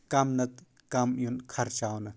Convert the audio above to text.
کم نَتہٕ کم یُن خرچاونہٕ